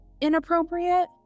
Inappropriate